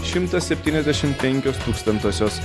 šimtas septyniasdešim penkios tūkstantosios